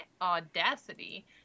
audacity